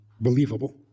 believable